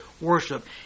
worship